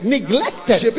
Neglected